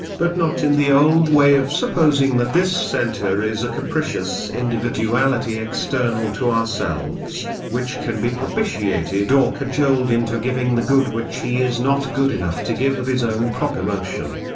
but not in the old way of supposing that this centre is a capricious individuality external to ourselves, which can be propitiated or cajoled into giving the good which he is not good enough to give of his own proper motion.